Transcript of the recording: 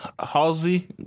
Halsey